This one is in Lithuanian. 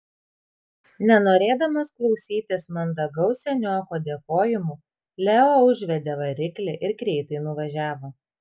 nenorėdamas klausytis mandagaus senioko dėkojimų leo užvedė variklį ir greitai nuvažiavo